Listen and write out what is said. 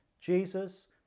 Jesus